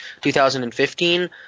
2015